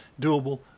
doable